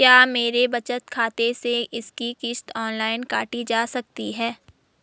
क्या मेरे बचत खाते से इसकी किश्त ऑनलाइन काटी जा सकती है?